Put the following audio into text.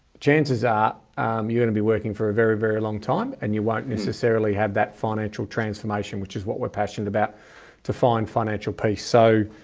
chances are um you're going to be working for very, very long time and you won't necessarily have that financial transformation, which is what we're passionate about to find financial peace. so,